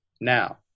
now